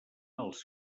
als